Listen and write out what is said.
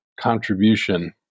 contribution